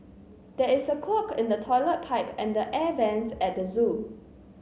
there is a clog in the toilet pipe and the air vents at the zoo